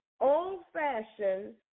old-fashioned